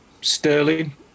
Sterling